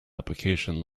application